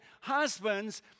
Husbands